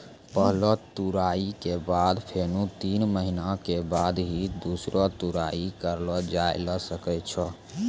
पहलो तुड़ाई के बाद फेनू तीन महीना के बाद ही दूसरो तुड़ाई करलो जाय ल सकै छो